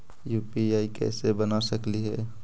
UPI कैसे बना सकली हे?